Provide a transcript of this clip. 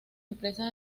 empresas